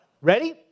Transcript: Ready